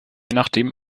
nachdem